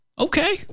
Okay